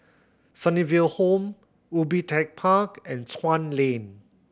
Sunnyville Home Ubi Tech Park and Chuan Lane